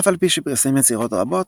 אף על פי שפרסם יצירות רבות,